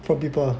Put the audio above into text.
for people